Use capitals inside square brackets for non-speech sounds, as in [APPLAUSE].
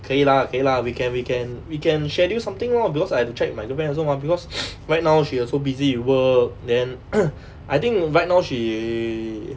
可以 lah 可以 lah we can we can we can schedule something lor because I have to check with my girlfriend also mah because [NOISE] right now she also busy with work then [NOISE] I think right now she